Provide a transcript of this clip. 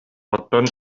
оттон